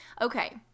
okay